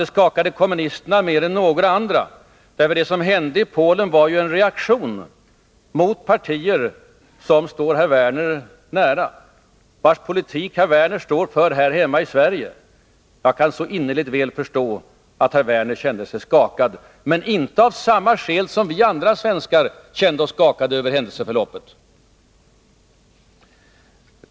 De skakade kommunisterna mer än några andra, därför att det som hände i Polen var en reaktion mot partier som står herr Werner nära och vilkas politik herr Werner står för här hemma i Sverige. Jag kan så innerligt väl förstå att herr Werner kände sig skakad — men inte av samma skäl som vi andra svenskar skakades över händelseförloppet.